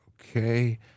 okay